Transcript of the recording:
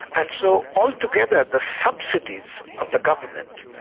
and so altogether the subsidies of the government,